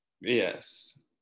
Yes